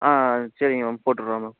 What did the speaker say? ஆ ஆ சரிங்க மேம் போட்டுட்டுறோம் மேம்